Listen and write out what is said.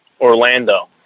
Orlando